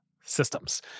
systems